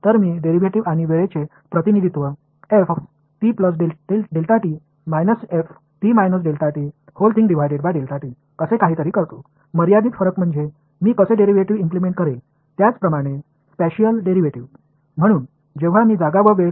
எனவே நான் ஒரு டெரிவேட்டிவ்ஸ் மற்றும் நேரத்தை போன்றவற்றால் பிரதிநிதித்துவப்படுத்துவேன் வரையறுக்கப்பட்ட வேறுபாடுகள் அதாவது இடஞ்சார்ந்த டெரிவேட்டிவ்ஸ் க்கும் இதேபோல் ஒரு டெரிவேட்டிவ்ஸ் நான் எவ்வாறு செயல்படுத்துவேன்